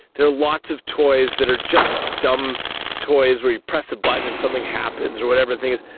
there are lots of toys that are just dumb toys where you press a button and something happens or whatever the thing is.